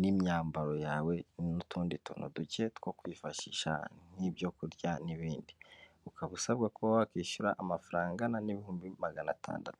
n'imyambaro yawe n'utundi tuntu duke two kwifashisha nk'ibyokurya n'ibindi ukaba usabwa kuba wakwishyura amafaranga angana n'ibihumbi magana atandatu.